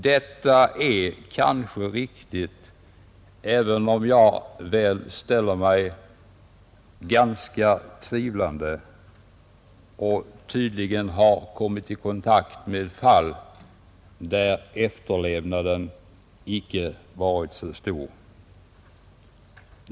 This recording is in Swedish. Detta är kanske riktigt, även om jag ställer mig ganska tvivlande och tydligen har kommit i kontakt med fall där efterlevnaden icke varit så stor.